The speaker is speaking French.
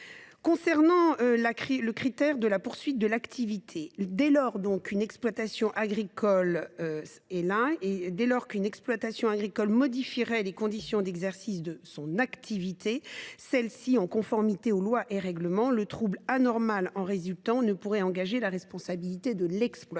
Concernant le critère de la poursuite de l’activité, dès lors qu’une exploitation agricole modifierait les conditions d’exercice de son activité pour se mettre en conformité aux lois et règlements, le trouble anormal qui en résulterait ne pourrait engager la responsabilité de l’exploitant.